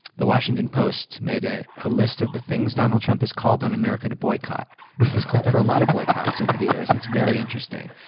the washington post made ah a list of the things donald trump has called on america to boycott. he's called for a lot of boycotts over the years. it's very interesting.